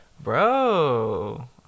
Bro